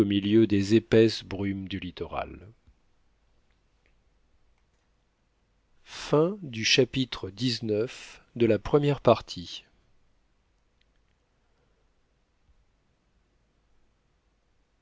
milieu des épaisses brumes du littoral